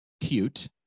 cute